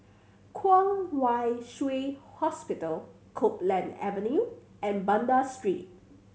Kwong Wai Shiu Hospital Copeland Avenue and Banda Street